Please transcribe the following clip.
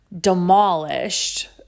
demolished